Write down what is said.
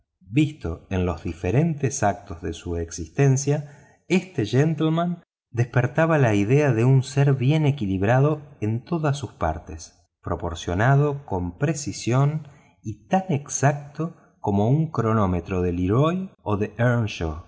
visto en los diferentes actos de su existencia este gentleman despertaba la idea de un ser bien equilibrado en todas sus partes proporcionado con precisión y tan exacto como un cronómetro de leroy o de